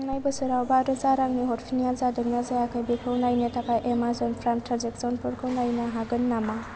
थांनाय बोसोराव बा रोजा रांनि हरफिननाया जादोंना जायाखै बेखौ नायनो थाखाय एमेजन प्राइम ट्रेन्जेकसनफोरखौ नायनो हागोन नामा